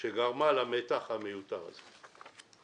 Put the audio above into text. שגרמה למתח המיותר הזה.